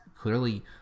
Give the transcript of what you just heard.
clearly